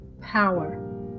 power